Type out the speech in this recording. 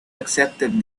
accepted